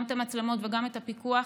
גם את המצלמות וגם את הפיקוח,